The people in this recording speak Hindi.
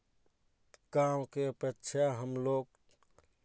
गाँव के अपेक्षा हम लोग